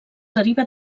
deriva